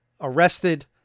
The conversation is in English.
arrested